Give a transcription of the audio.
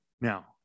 Now